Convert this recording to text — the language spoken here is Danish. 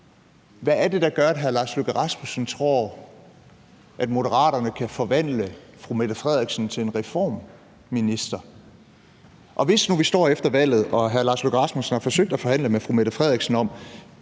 Hvad er det, der gør, at hr. Lars Løkke Rasmussen tror, at Moderaterne kan forvandle fru Mette Frederiksen til en reformminister? Og hvis nu vi står efter valget, og hr. Lars Løkke Rasmussen har forsøgt at forhandle med fru Mette Frederiksen om,